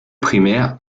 primaire